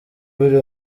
biri